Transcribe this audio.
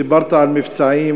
דיברת על מבצעים.